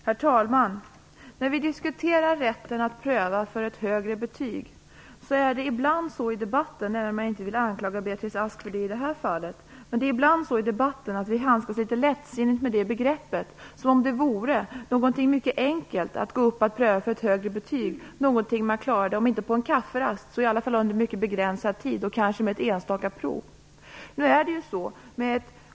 Herr talman! När vi diskuterar rätten att pröva för ett högre betyg är det ibland så - även om jag inte vill anklaga Beatrice Ask för det i det här fallet - att vi handskas litet lättsinnigt med det begreppet, som om det vore något mycket enkelt att gå upp och pröva för ett högre betyg, något man klarar om inte på en kafferast så i alla fall under mycket begränsad tid och kanske med ett enstaka prov.